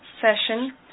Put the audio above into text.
session